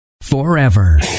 forever